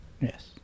yes